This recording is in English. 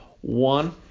One